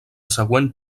següent